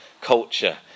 culture